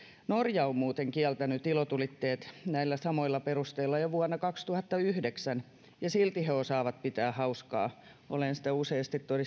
norja on muuten kieltänyt ilotulitteet näillä samoilla perusteilla jo vuonna kaksituhattayhdeksän ja silti he osaavat pitää hauskaa olen sitä useasti todistanut ominkin